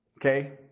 Okay